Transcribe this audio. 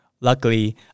Luckily